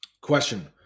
Question